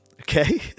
Okay